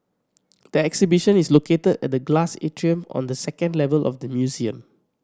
the exhibition is located at the glass atrium on the second level of the museum